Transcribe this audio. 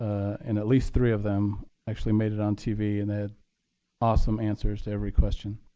and at least three of them actually made it on tv and they had awesome answers to every question.